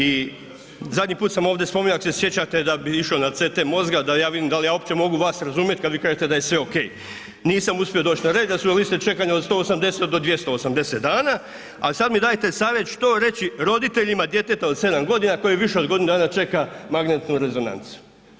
I zadnji put sam ovdje spominjao ako se sjećate da bi išao na CT mozga, da ja vidim da li ja uopće mogu vas razumjeti kada vi kažete da je sve OK, nisam uspio doći na red, jer su vam liste čekanja od 180 do 280 dana ali sada mi dajte savjet što reći roditeljima djeteta od 7 godina koji više od godinu dana čeka magnetnu rezonancu?